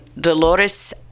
Dolores